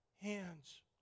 hands